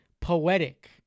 poetic